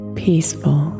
peaceful